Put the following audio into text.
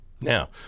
Now